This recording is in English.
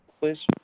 please